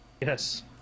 Yes